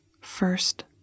first